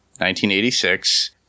1986